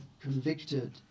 convicted